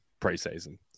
preseason